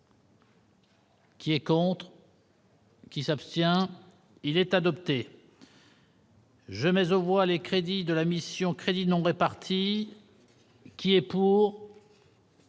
Qui est contre. Qui s'abstient, il est adopté. Je mais au mois les crédits de la mission crédit non réparer. C'est lui